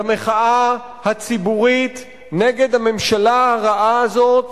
למחאה הציבורית נגד הממשלה הרעה הזאת